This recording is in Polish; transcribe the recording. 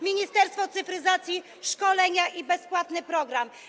Ministerstwo Cyfryzacji - szkolenia, bezpłatny program.